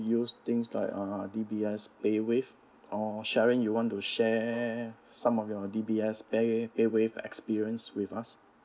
use things like uh D_B_S paywave or sharon you want to share some of your D_B_S pay~ paywave experience with us